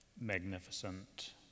magnificent